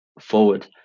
forward